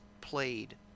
played